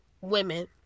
women